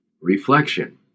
reflection